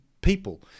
people